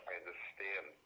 understand